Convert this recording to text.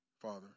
Father